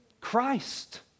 Christ